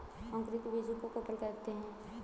अंकुरित बीज को कोपल कहते हैं